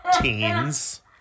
teens